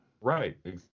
Right